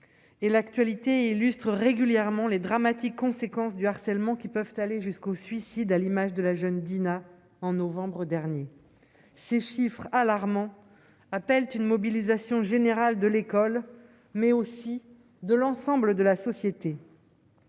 et l'actualité illustrent régulièrement les dramatiques conséquences du harcèlement qui peuvent aller jusqu'au suicide, à l'image de la jeune Dina en novembre dernier, ces chiffres alarmants appellent une mobilisation générale de l'école, mais aussi de l'ensemble de la société,